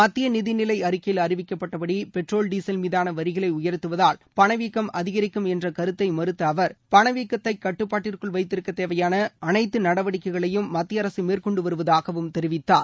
மத்திய நிதிநிலை அறிக்கையில் அறிவிக்கப்பட்டபடி பெட்ரோல் டீசல் மீதான வரிகளை உயர்த்துவதால் பணவீக்கம் அதிகரிக்கும் என்ற கருத்தை மறுத்த அவர் பணவீக்கத்தை கட்டுப்பாட்டிற்குள் வைத்திருக்க தேவையான அனைத்து நடவடிக்கைகளையும் மத்திய அரசு மேற்கொண்டு வருவதாகவும் தெரிவித்தார்